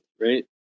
right